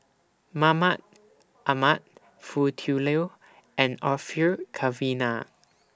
Mahmud Ahmad Foo Tui Liew and Orfeur Cavenagh